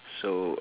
so